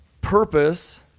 purpose